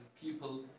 people